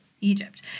Egypt